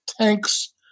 tanks